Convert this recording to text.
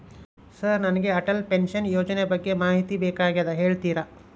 Sir ನನಗೆ Atal pension ಯೋಜನೆ ಬಗ್ಗೆ ಮಾಹಿತಿ ಬೇಕಾಗ್ಯದ ಹೇಳ್ತೇರಾ?